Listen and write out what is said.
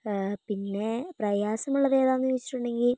പിന്നെ പ്രയാസമുള്ളത് ഏതാണെന്ന് ചോദിച്ചിട്ടുണ്ടെങ്കിൽ